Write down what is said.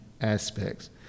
aspects